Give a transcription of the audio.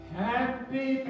happy